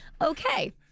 Okay